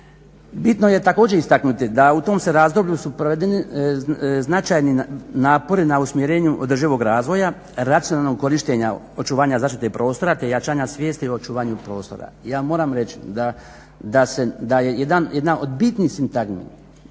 Bitno je također istaknuti da u tom se razdoblju su provedeni značajni napori na usmjerenju održivog razvoja, racionalnog korištenja očuvanja zaštite i prostora te jačanja svijesti o očuvanju prostora. Ja moram reći da je jedna od bitnih sintagmi